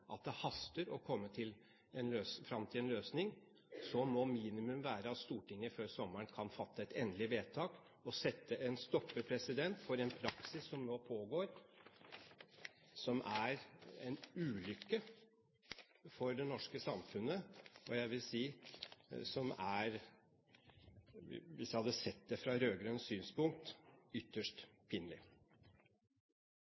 at det haster å komme fram til en løsning, må minimum være at Stortinget før sommeren kan fatte et endelig vedtak og sette en stopper for en praksis som nå pågår, som er en ulykke for det norske samfunnet, og som jeg vil si er – hvis jeg hadde sett det fra et rød-grønt synspunkt – ytterst